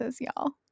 y'all